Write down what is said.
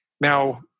now